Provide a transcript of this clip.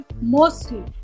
mostly